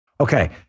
Okay